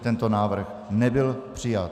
Tento návrh nebyl přijat.